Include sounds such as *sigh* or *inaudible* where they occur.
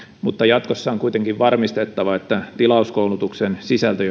mutta jatkossa on kuitenkin varmistettava että tilauskoulutuksen sisältö *unintelligible*